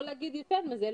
לא להגיד יותר מזה,